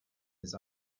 his